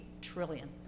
trillion